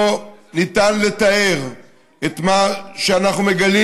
לא ניתן לתאר את מה שאנחנו מגלים,